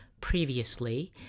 Previously